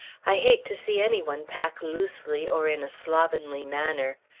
i hate to see any one pack loosely or in a slovenly manner.